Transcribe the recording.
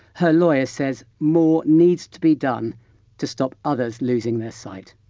her lawyer says, more needs to be done to stop others losing their sight.